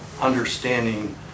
understanding